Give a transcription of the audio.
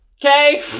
Okay